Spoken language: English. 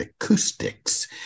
acoustics